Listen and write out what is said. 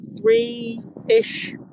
three-ish